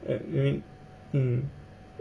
have been